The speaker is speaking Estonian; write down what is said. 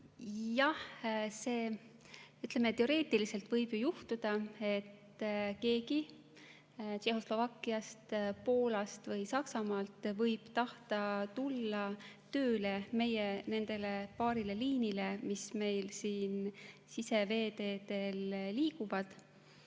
kindlasti mitte. Teoreetiliselt võib ju juhtuda, et keegi Tšehhoslovakkiast, Poolast või Saksamaalt võib tahta tulla tööle nendele paarile liinile, mis meil siin siseveeteedel on.